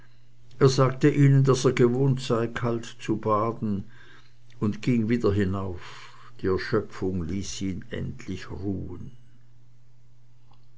er sagte ihnen daß er gewohnt sei kalt zu baden und ging wieder hinauf die erschöpfung ließ ihn endlich ruhen